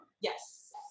yes